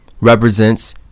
represents